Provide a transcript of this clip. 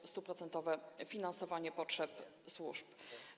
To 100-procentowe finansowanie potrzeb służb.